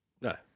No